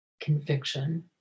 conviction